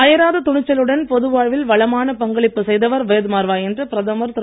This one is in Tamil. அயராத துணிச்சலுடன் பொது வாழ்வில் வளமான பங்களிப்பு செய்தவர் வேத் மார்வா என்று பிரதமர் திரு